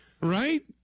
Right